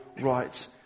right